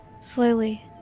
Slowly